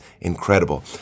incredible